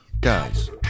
guys